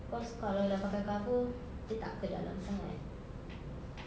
cause kalau dah pakai cover dia tak ke dalam sangat